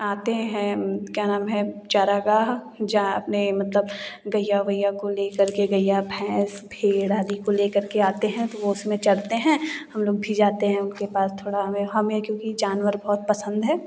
आते हैं क्या नाम है चारागाह जा नहीं मतलब गैया वैया को लेकर के गैया भैंस भेड़ आदि को लेकर के आते हैं तो उसमें चरते हैं हम लोग फ़िर जाते हैं उनके पास थोड़ा हमें क्योंकि जानवर बहुत पसंद है